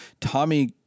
Tommy